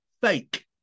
Fake